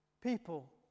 people